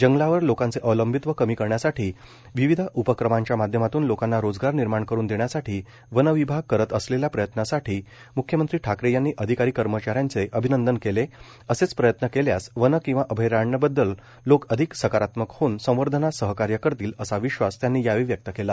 जंगलावर लोकांचे अवलंबित्व कमी करण्यासाठी विविध उपक्रमाच्या माध्यमातून लोकांना रोजगार निर्माण करून देण्यासाठी वन विभाग करत असलेल्या प्रयत्नासाठी म्ख्यमंत्री ठाकरे यांनी अधिकारी कर्मचाऱ्यांचे अभिनंदन केले असेच प्रयत्न केल्यास वन किंवा अभयारण्याबद्दल लोक अधिक सकारात्मक होऊन संवर्धनात सहकार्य करतील असा विश्वास त्यांनी यावेळी व्यक्त केला